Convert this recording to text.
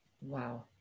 Wow